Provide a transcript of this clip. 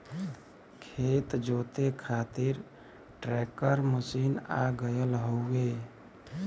खेत जोते खातिर ट्रैकर मशीन आ गयल हउवे